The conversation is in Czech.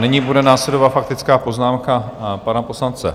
Nyní bude následovat faktická poznámka pana poslance Letochy.